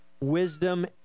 wisdom